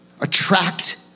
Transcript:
attract